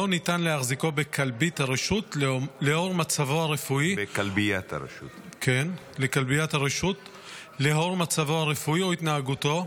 לא ניתן להחזיקו בכלביית הרשות לאור מצבו הרפואי או התנהגותו,